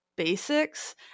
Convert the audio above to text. basics